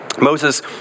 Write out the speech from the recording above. Moses